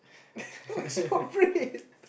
no is not bread